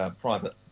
private